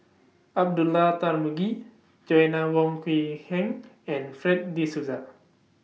Abdullah Tarmugi Joanna Wong Quee Heng and Fred De Souza